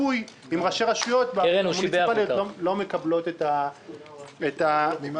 אל מי שיודע לתת את השירות הכי טוב באותה נקודה